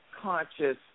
conscious